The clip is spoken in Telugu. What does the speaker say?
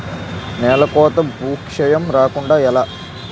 నేలకోత భూక్షయం రాకుండ ఎలా?